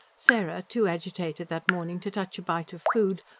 sarah, too agitated that morning to touch a bite of food,